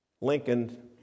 Lincoln